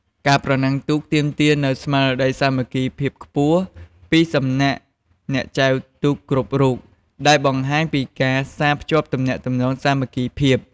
ការប្រណាំងទូកទាមទារនូវស្មារតីសាមគ្គីភាពខ្ពស់ពីសំណាក់អ្នកចែវទូកគ្រប់រូប ដែលបង្ហាញពីការផ្សារភ្ជាប់ទំនាក់ទំនងសាមគ្គីភាព ។